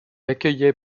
accueillait